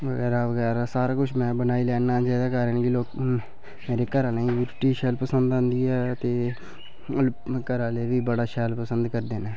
बगैरा बगैरा सारा किश में बनाई लैन्ना होन्ना जेह्दे कारण मेरे घराह्लैं गीं बी रुट्टी शैल पसंद होदीं ते घराह्ले बी बड़ा शैल पसंद करदे न